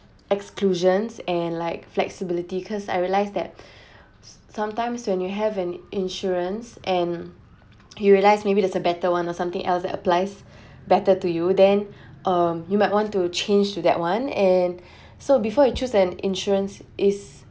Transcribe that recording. exclusions and like flexibility because I realised that sometimes when you have an insurance and you realise maybe there's a better one or something else that applies better to you then um you might want to change to that one and so before you choose an insurance is